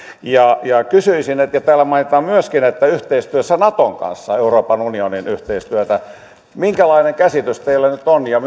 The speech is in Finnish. ja täällä mainitaan myöskin että yhteistyössä naton kanssa euroopan unionin yhteistyötä minkälainen käsitys teillä ja